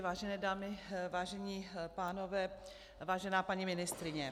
Vážené dámy, vážení pánové, vážená paní ministryně.